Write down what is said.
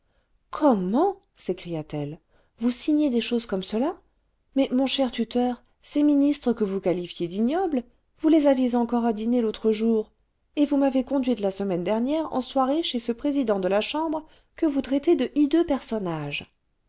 comment s'écria-t-elle vous signez des choses comme cela mais mon cher tuteur ges ministres que vous qualifiez d'ignobles vous les aviez encore à dîner l'autre jour et vous m'avez conduite la semaine dernière en soirée chez ce président de la chambre que vous traitez de hideux personnage